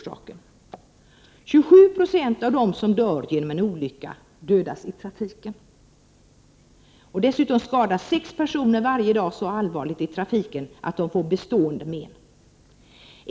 27 20 av dem som dör genom en olycka dödas i trafiken. Dessutom skadas sex personer varje dag så allvarligt i trafiken att de får bestående men.